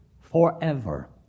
forever